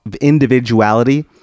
individuality